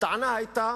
הטענה היתה